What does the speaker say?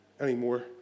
anymore